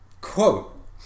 Quote